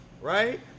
right